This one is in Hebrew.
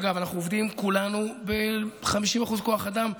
אגב, כולנו עובדים ב-50% כוח אדם.